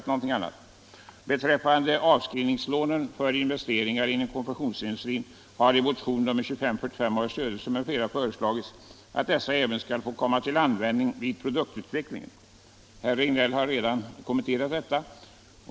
Beträffande avskrivningslånen för investeringar inom konfektionsindustrin har i motionen 2545 av herr Söderström m.fl. föreslagits att dessa även skall få komma till användning vid produktutveckling. Herr Regnéll har redan kommenterat detta.